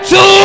Two